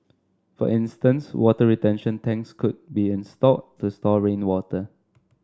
for instance water retention tanks could be installed to store rainwater